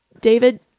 David